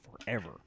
forever